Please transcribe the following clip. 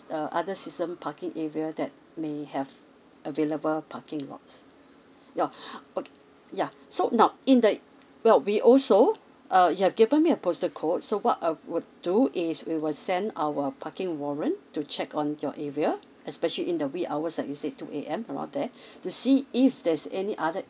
uh other season parking area that may have available parking lots now okay yeuh so now in the well we also uh you have given me a postal code so what I would do is we will send our parking warrant to check on your area especially in the wee hours that you said two A_M from out there to see if there's any other